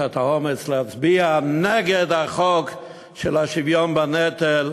את האומץ להצביע נגד חוק השוויון בנטל,